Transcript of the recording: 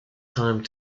time